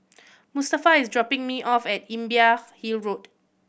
Mustafa is dropping me off at Imbiah Hill Road